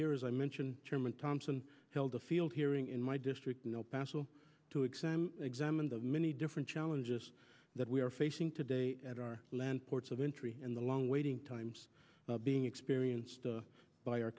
year as i mentioned chairman thompson held a field hearing in my district in el paso to examine examine the many different challenges that we are facing today at our land ports of entry and the long waiting times being experienced by our